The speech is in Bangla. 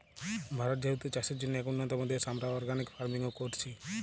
ভারত যেহেতু চাষের জন্যে এক উন্নতম দেশ, আমরা অর্গানিক ফার্মিং ও কোরছি